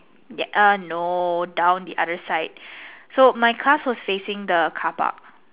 ya err no down the other side so my class was facing the carpark